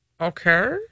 Okay